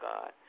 God